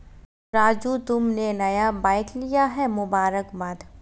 राजू तुमने नया बाइक लिया है मुबारकबाद